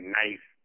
nice